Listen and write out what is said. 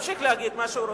ימשיך להגיד מה שהוא רוצה.